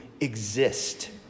exist